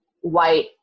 white